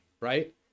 right